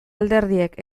alderdiek